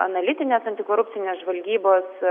analitinės antikorupcinės žvalgybos